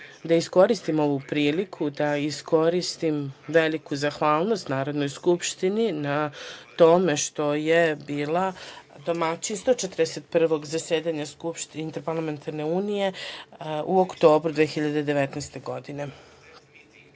da iskoristim ovu priliku da izrazim veliku zahvalnost Narodnoj skupštini na tome što je bila domaćin 141. zasedanja Interparlamentarne unije u oktobru 2019.